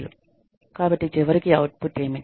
కాబట్టి చివరికి అవుట్పుట్ ఏమిటి